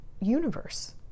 universe